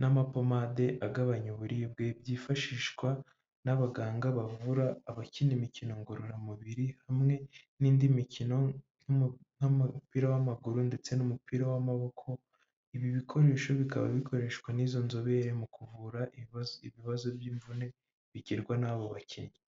n'amapomade agabanya uburibwe byifashishwa n'abaganga bavura abakina imikino ngororamubiri hamwe n'indi mikino nk'umupira w'amaguru ndetse n'umupira w'amaboko ibi bikoresho bikaba bikoreshwa n'izo nzobere mu kuvura ibibazo by'imvune bigerwa n'abo bakinnyi.